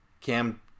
Cam